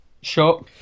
Sure